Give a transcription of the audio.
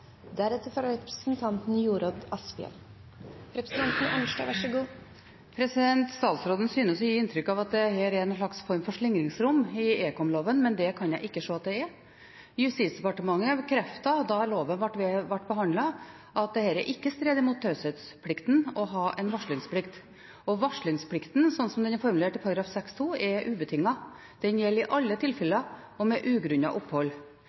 Arnstad. Statsråden synes å gi inntrykk av at det er en form for slingringsmonn i ekomloven, men det kan jeg ikke se at det er. Justisdepartementet bekreftet da loven ble behandlet, at det ikke stred mot taushetsplikten å ha en varslingsplikt, og varslingsplikten, slik den er formulert i § 6-2, er ubetinget – den gjelder i alle tilfeller og med ugrunnet opphold.